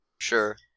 Sure